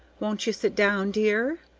won't you sit down, dear?